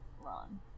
wrong